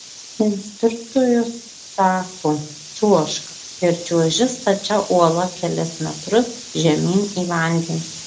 instruktorius sako čiuožk ir čiuoži stačia uola kelis metrus žemyn į vandenį